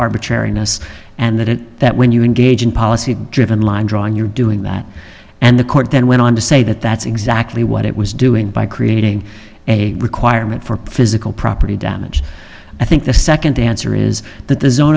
arbitrariness and that it that when you engage in policy driven line drawing you're doing that and the court then went on to say that that's igs actually what it was doing by creating a requirement for physical property damage i think the second answer is th